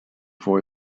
for